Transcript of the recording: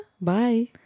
bye